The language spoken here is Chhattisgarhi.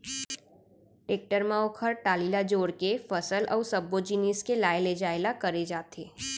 टेक्टर म ओकर टाली ल जोर के फसल अउ सब्बो जिनिस के लाय लेजाय ल करे जाथे